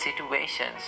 situations